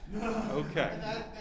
Okay